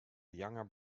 younger